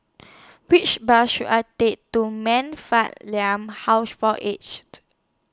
Which Bus should I Take to Man Fatt Liang House For Aged